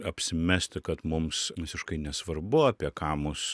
apsimesti kad mums visiškai nesvarbu apie ką mus